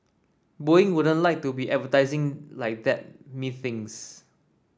Boeing wouldn't like to be advertising like that methinks